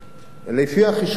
לפי החישוב שלי,